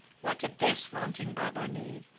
what did this vaunting brother need?